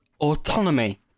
autonomy